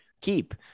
keep